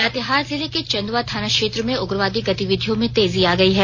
लातेहार जिले के चंदवा थाना क्षेत्र में उग्रवादी गतिविधियों में तेजी आ गई है